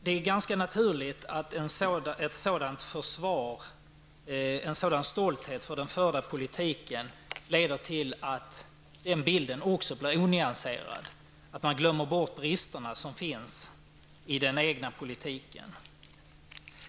Det är ganska naturligt att ett sådant försvar och en sådan stolthet för den förda politiken leder till att även den bilden blir onyanserad, att man glömmer bort de brister som finns i den egna politiken.